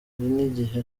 n’igihe